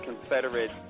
confederate